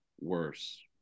worse